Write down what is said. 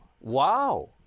Wow